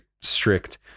strict